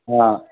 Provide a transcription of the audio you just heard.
ہاں